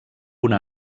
una